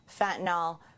fentanyl